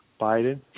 Biden